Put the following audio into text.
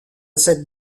cette